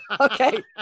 okay